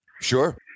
Sure